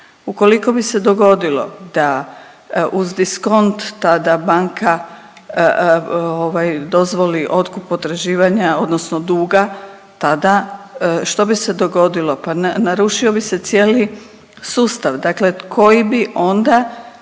Ukoliko bi se dogodilo da uz diskont tada banka ovaj, dozvoli otkup potraživanja odnosno duga, tada, što bi se dogodilo? Pa narušio bi se cijeli sustav, dakle koji bi onda